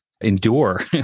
endure